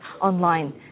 online